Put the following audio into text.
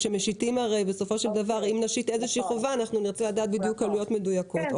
אם נשית איזושהי חובה, נרצה לדעת עלויות מדויקות.